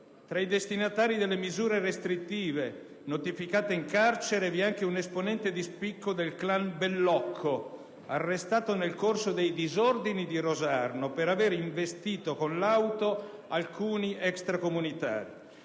Tra i destinatari delle misure restrittive notificate in carcere vi è anche un esponente di spicco del clan Bellocco, arrestato nel corso dei disordini di Rosarno per aver investito con l'auto alcuni extracomunitari.